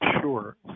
Sure